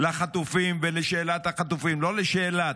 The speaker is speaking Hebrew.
לחטופים ולשאלת החטופים, לא לשאלה,